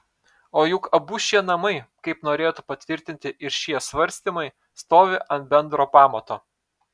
o juk abu šie namai kaip norėtų patvirtinti ir šie svarstymai stovi ant bendro pamato